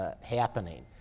Happening